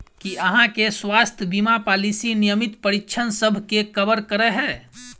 की अहाँ केँ स्वास्थ्य बीमा पॉलिसी नियमित परीक्षणसभ केँ कवर करे है?